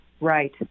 Right